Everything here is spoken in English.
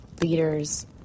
leaders